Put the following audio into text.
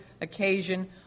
occasion